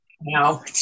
No